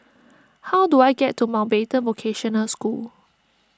how do I get to Mountbatten Vocational School